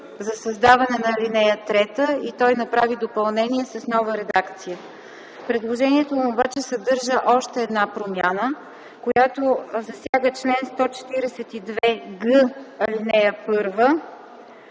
за създаване на ал. 3 и той направи допълнение с нова редакция. Предложението му обаче съдържа още една промяна, която засяга чл. 142г, ал. 1,